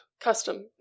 Custom